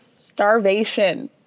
starvation